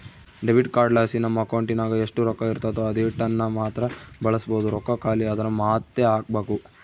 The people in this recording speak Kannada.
ಡೆಬಿಟ್ ಕಾರ್ಡ್ಲಾಸಿ ನಮ್ ಅಕೌಂಟಿನಾಗ ಎಷ್ಟು ರೊಕ್ಕ ಇರ್ತತೋ ಅದೀಟನ್ನಮಾತ್ರ ಬಳಸ್ಬೋದು, ರೊಕ್ಕ ಖಾಲಿ ಆದ್ರ ಮಾತ್ತೆ ಹಾಕ್ಬಕು